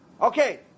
Okay